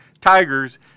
Tigers –